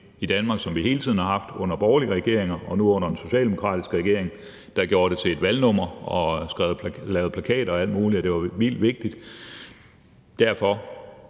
i Danmark, som vi hele tiden har haft – under borgerlige regeringer og nu under en socialdemokratisk regering, der gjorde det til et valgnummer og lavede plakater og alt muligt om, at det var vildt vigtigt. Derfor